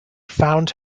found